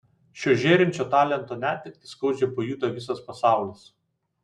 šio žėrinčio talento netektį skaudžiai pajuto visas pasaulis